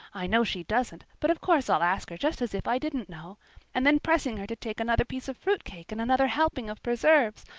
i know she doesn't but of course i'll ask her just as if i didn't know and then pressing her to take another piece of fruit cake and another helping of preserves.